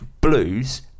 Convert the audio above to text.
blues